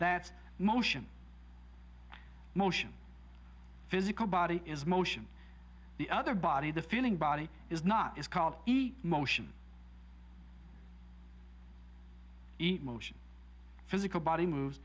that motion motion physical body is motion the other body the feeling body is not is called e motion eat motion physical body moves